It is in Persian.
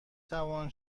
توانم